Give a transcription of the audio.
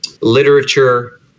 literature